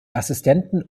assistenten